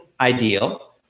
ideal